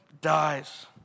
dies